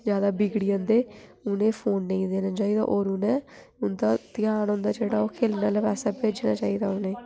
जैदा बिगड़ी जंदे उ'नें गी फोन नेईं देना चाहिदा होर उ'नें उं'दा ध्यान होंदा जेह्ड़ा ओह् खेलने आले पास्सै भेजना चाहिदा उ'नें गी